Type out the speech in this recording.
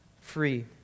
free